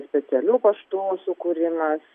oficialių paštų sukūrimas